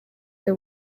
the